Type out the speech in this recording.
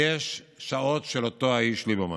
יש שעות של אותו האיש ליברמן.